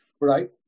right